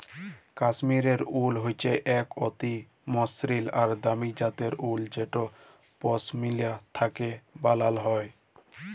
কাশ্মীরলে উল হচ্যে একট অতি মসৃল আর দামি জ্যাতের উল যেট পশমিলা থ্যাকে ব্যালাল হয়